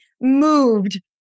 moved